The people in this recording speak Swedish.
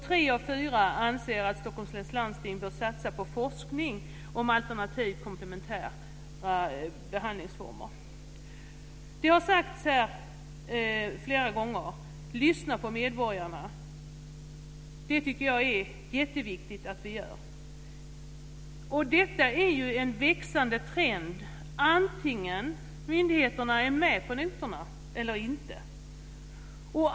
Tre av fyra anser också att Stockholms läns landsting bör satsa på forskning om alternativa och komplementära behandlingsformer. Här har flera gånger sagts: Lyssna på medborgarna! Det tycker jag är jätteviktigt. Detta är ju en växande trend, vare sig myndigheterna är med på noterna eller inte.